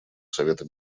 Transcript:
совета